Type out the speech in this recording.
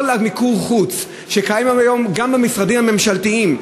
כל מיקור-החוץ שמקיימים היום גם במשרדים הממשלתיים,